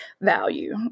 value